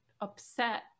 upset